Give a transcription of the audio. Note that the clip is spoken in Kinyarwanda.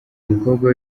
mukobwa